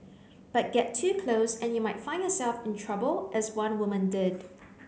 but get too close and you might find yourself in trouble as one woman did